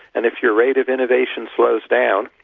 and if your rate of innovation slows down,